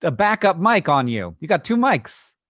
ah backup mic on you. you've got two mics.